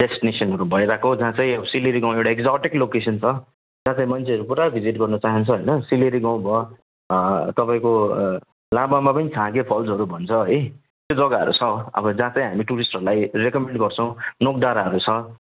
डेस्टिनेसनहरू भइरहेको जहाँ चाहिँ अब सिलेरी गाउँ एउटा एक्जोटिक लोकेसन छ जहाँ चाहिँ मान्छेहरू पुरा भिजिट गर्नु चाहन्छ होइन सिलेरी गाउँ भयो तपाईँको लाभामा पनि छाँगे फल्सहरू भन्छ है त्यो जग्गाहरू छ अब जहाँ चाहिँ हामी टुरिस्टहरूलाई रेकोमेन्ड गर्छौँ नोकडाँडाहरू छ